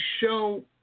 show